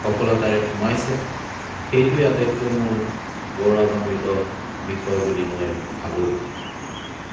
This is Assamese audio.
সফলতাৰে সোমাইছে সেইটোৱেই আটাইতকৈ মোৰ গৌৰৱান্বিত বিষয় বুলি মই ভাবোঁ